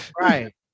Right